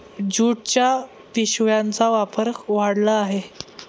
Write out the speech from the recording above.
ज्यूटच्या पिशव्यांचा वापर वाढला आहे